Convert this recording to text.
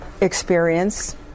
experience